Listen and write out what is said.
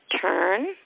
turn